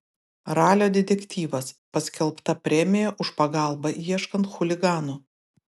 ralio detektyvas paskelbta premija už pagalbą ieškant chuliganų